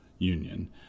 union